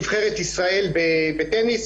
נבחרת ישראל בטניס,